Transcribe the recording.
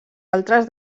altres